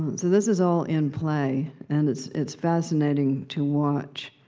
so this is all in play, and it's it's fascinating to watch.